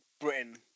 Britain